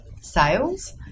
sales